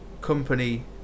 Company